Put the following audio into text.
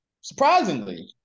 surprisingly